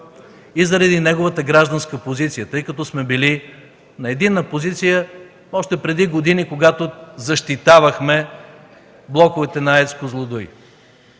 и заради неговата гражданска позиция, тъй като сме били на единна позиция още преди години, когато защитавахме блоковете на АЕЦ „Козлодуй”,